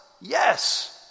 Yes